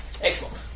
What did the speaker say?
Excellent